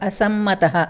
असम्मतः